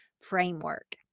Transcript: framework